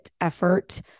effort